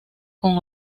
con